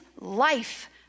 life